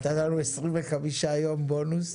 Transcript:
נתת לנו 25 ימים בונוס.